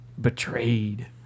betrayed